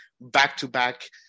back-to-back